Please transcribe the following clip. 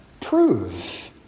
prove